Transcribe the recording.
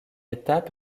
étape